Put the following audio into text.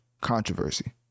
controversy